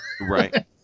right